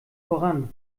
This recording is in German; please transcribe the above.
voran